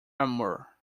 armour